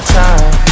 time